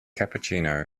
cappuccino